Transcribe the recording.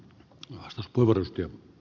arvoisa puhemies